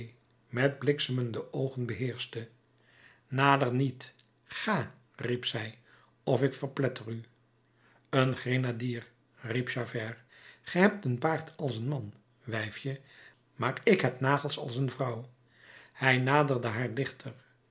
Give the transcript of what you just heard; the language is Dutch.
met bliksemende oogen beheerschte nader niet ga riep zij of ik verpletter u een grenadier riep javert ge hebt een baard als een man wijfje maar ik heb nagels als een vrouw hij naderde haar dichter